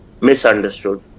misunderstood